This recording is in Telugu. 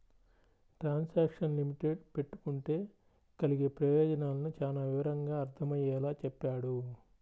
ట్రాన్సాక్షను లిమిట్ పెట్టుకుంటే కలిగే ప్రయోజనాలను చానా వివరంగా అర్థమయ్యేలా చెప్పాడు